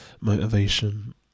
motivation